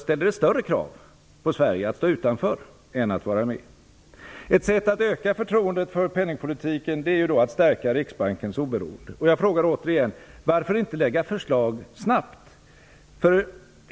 ställer större krav på Sverige att stå utanför än att vara med. Ett sätt att öka förtroendet för penningpolitiken är att stärka riksbankens oberoende. Jag frågar återigen: Varför inte lägga fram förslag snabbt?